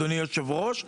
אדוני היושב-ראש,